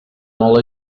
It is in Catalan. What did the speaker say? molt